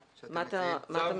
צו,